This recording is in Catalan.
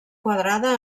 quadrada